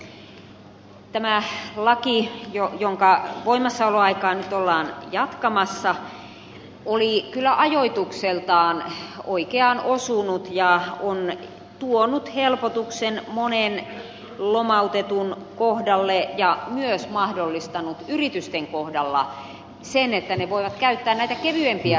tämä laki jonka voimassaoloaikaa nyt ollaan jatkamassa oli kyllä ajoitukseltaan oikeaan osunut ja se on tuonut helpotuksen monen lomautetun kohdalle ja myös mahdollistanut yritysten kohdalla sen että ne voivat käyttää näitä kevyempiä ratkaisuja